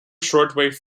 shortwave